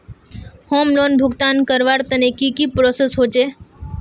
Home loan भुगतान करवार तने की की प्रोसेस होचे?